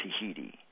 Tahiti